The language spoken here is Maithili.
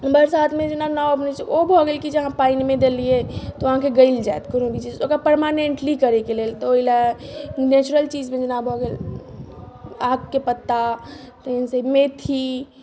बरसातमे जेना नाव बनैत छै ओ भऽ गेल जे कि अहाँ पानिमे देलियै तऽ ओ अहाँके गलि जायत कोनो भी चीज ओकरा पर्मानेन्टली करयके लेल तऽ ओहि लेल नेचुरल चीजमे जेना भऽ गेल आकके पत्ता तखनसँ मेथी